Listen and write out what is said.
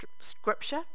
scripture